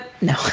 No